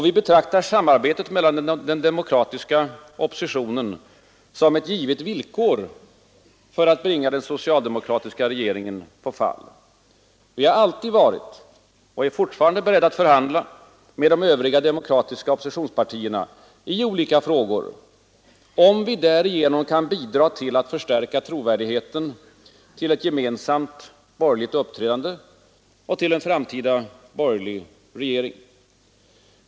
Vi betraktar samarbetet mellan de demokratiska oppositionspartierna som ett givet villkor för att bringa den socialdemokratiska regeringen på fall. Vi har alltid varit och är fortfarande beredda att förhandla med de övriga demokratiska oppositionspartierna i olika frågor, om vi därigenom kan bidra till att förstärka trovärdigheten för ett gemensamt borgerligt uppträdande och en framtida borgerlig regering.